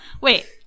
Wait